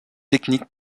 technique